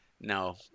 no